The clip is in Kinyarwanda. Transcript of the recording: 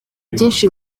byinshi